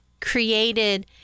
created